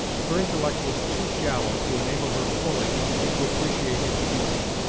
her intellect was too shallow to enable her fully to appreciate its beauties,